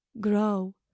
Grow